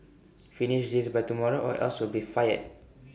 finish this by tomorrow or else you'll be fired